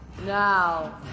Now